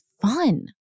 fun